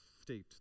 state